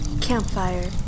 Campfire